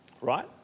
right